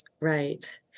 Right